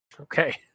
Okay